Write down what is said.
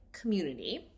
community